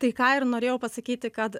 tai ką ir norėjau pasakyti kad